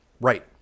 Right